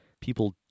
people